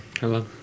Hello